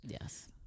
Yes